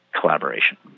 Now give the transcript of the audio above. collaboration